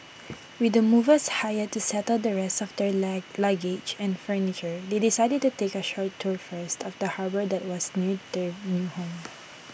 with the movers hired to settle the rest of their lie luggage and furniture they decided to take A short tour first of the harbour that was near their new home